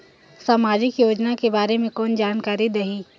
समाजिक योजना के बारे मे कोन जानकारी देही?